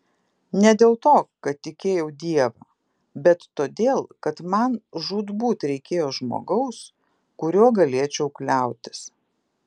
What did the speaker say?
ne dėl to kad tikėjau dievą bet todėl kad man žūtbūt reikėjo žmogaus kuriuo galėčiau kliautis